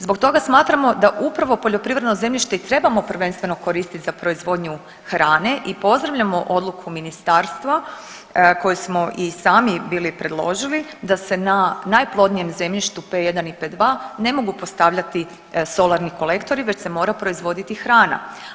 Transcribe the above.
Zbog toga smatramo da upravo poljoprivredno zemljište i trebamo prvenstveno koristiti za proizvodnju hrane i pozdravljamo odluku ministarstva koju smo i sami bili predložili, da se na najplodnijem zemljištu P1 i P2 ne mogu postavljati solarni kolektori već se mora proizvoditi hrana.